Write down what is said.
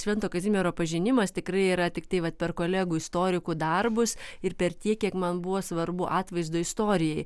švento kazimiero pažinimas tikrai yra tiktai vat per kolegų istorikų darbus ir per tiek kiek man buvo svarbu atvaizdo istorijai